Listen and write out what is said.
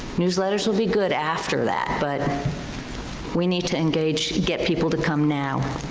newsletters would be good after that, but we need to engage, get people to come now.